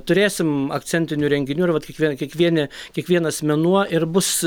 turėsim akcentinių renginių ir vat kiekvieną kiekvieni kiekvienas mėnuo ir bus